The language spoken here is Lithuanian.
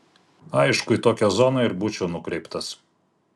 aišku į tokią zoną ir būčiau nukreiptas